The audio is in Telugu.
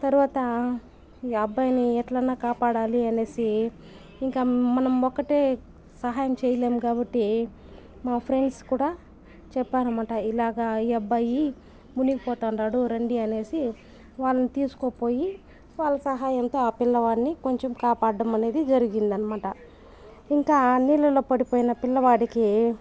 తర్వాత ఆ అబ్బాయిని ఎట్లన్నా కాపాడాలి అనేసి ఇంక మనం ఒకటే సహాయం చేయలేము కాబట్టి మా ఫ్రెండ్స్ కూడా చెప్పారనమాట ఇలాగా ఈ అబ్బాయి మునిపోతాండాడు రండి అనేసి వాళ్ళని తీసుకుపోయి వాళ్ళ సహాయంతో ఆ పిల్లవాడ్ని కొంచెం కాపాడ్డం అనేది జరిగిందనమాట ఇంకా నీళ్ళల్లో పడిపోయిన పిల్లవాడికి